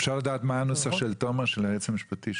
אפשר לדעת מה הנוסח של תומר, של היועץ המשפטי?